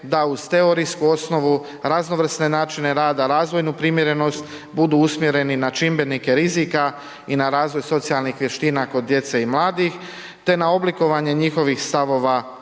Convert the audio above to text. da uz teorijsku osnovu, raznovrsne načine rada, razvojnu primjerenost, budu usmjereni na čimbenike rizika i na razvoj socijalnih vještina kod djece i mladih, te na oblikovanje njihovih stavova i